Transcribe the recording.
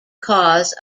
cause